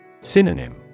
Synonym